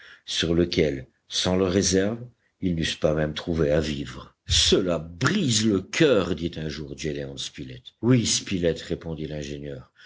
sur lequel sans leurs réserves ils n'eussent pas même trouvé à vivre cela brise le coeur dit un jour gédéon spilett oui spilett répondit l'ingénieur